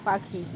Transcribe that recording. পাখি